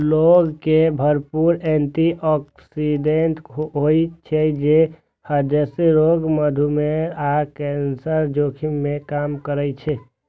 लौंग मे भरपूर एटी ऑक्सिडेंट होइ छै, जे हृदय रोग, मधुमेह आ कैंसरक जोखिम कें कम करै छै